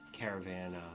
Caravan